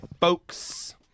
folks